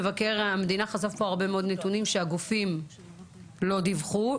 מבקר המדינה חשף פה הרבה מאוד נתונים שהגופים לא דיווחו עליהם,